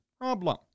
problem